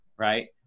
Right